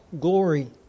glory